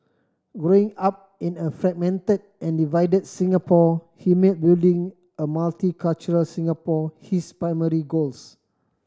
growing up in a fragmented and divided Singapore he made building a multicultural Singapore his primary goals